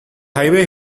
highway